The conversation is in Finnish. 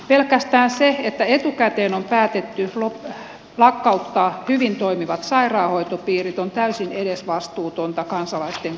pelkästään se että etukäteen on päätetty lakkauttaa hyvin toimivat sairaanhoitopiirit on täysin edesvastuutonta kansalaisten kannalta